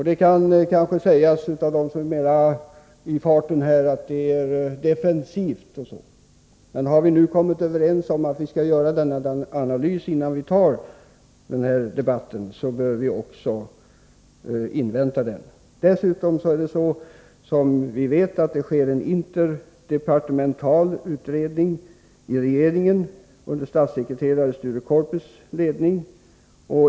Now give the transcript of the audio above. Det kanske kan sägas av dem som är mer i farten än jag är att det är defensivt, men har vi nu kommit överens om att göra denna analys innan vi tar debatten bör vi också invänta resultatet. Dessutom sker en interdepartemental utredning i regeringen under ledning av statssekreterare Sture Korpi.